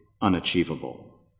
unachievable